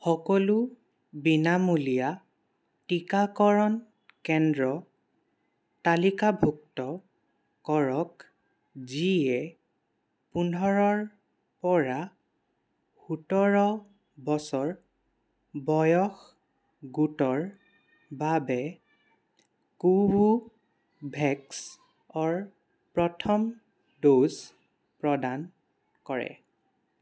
সকলো বিনামূলীয়া টীকাকৰণ কেন্দ্ৰ তালিকাভুক্ত কৰক যিয়ে পোন্ধৰৰ পৰা সোতৰ বছৰ বয়স গোটৰ বাবে কোভোভেক্সৰ প্ৰথম ড'জ প্ৰদান কৰে